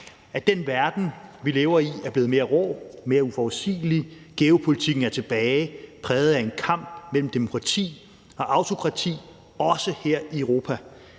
at den verden, vi lever i, er blevet mere rå og mere uforudsigelig, og at geopolitikken er tilbage, præget af en kamp mellem demokrati og autokrati, også her i Europa.